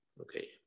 Okay